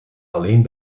alleen